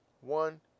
One